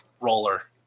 roller